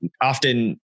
often